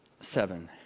seven